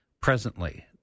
presently